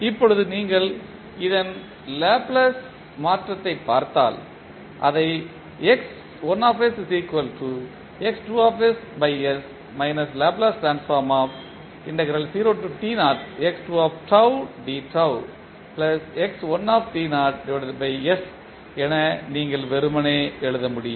இப்பொழுது நீங்கள் இதன் லாப்லேஸ் மாற்றத்தை பார்த்தால் அதை என நீங்கள் வெறுமனே எழுதமுடியும்